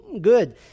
good